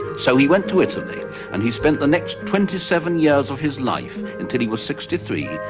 so he went to italy and he spent the next twenty seven years of his life, until he was sixty three,